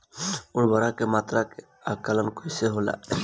उर्वरक के मात्रा के आंकलन कईसे होला?